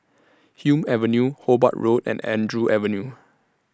Hume Avenue Hobart Road and Andrew Avenue